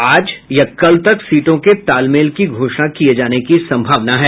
आज या कल तक सीटों के तालमेल की घोषणा किये जाने की संभावना है